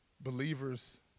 believers